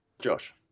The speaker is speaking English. josh